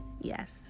Yes